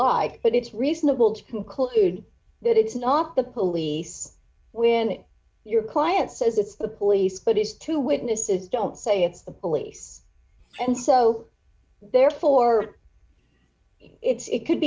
lie but it's reasonable to conclude that it's not the police when it your client says it's the police but is two witnesses don't say it's the police and so therefore it's it could